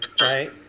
right